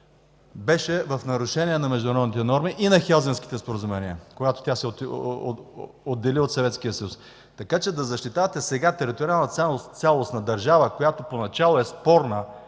беше в нарушение на международните норми и на Хелзинкските споразумения, когато тя се отдели от Съветския съюз. Така че да защитавате сега териториална цялост на държава, която поначало е спорна